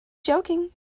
joking